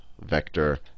vector